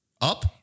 Up